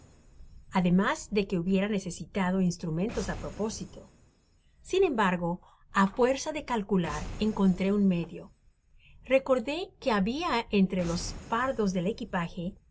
ademas de que hubiera necesitado instrumentos á propósito sin embargo á fuerza de calcular encontré un medio recordé que habia entre los fardos del equipaje